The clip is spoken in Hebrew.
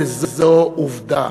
וזו עובדה.